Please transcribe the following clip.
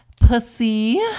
Pussy